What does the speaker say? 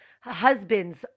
husbands